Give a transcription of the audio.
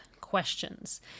questions